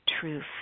truth